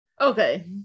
Okay